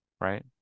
right